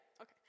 Okay